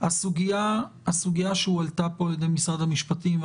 הסוגיה שהועלתה פה על ידי משרד המשפטים,